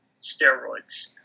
steroids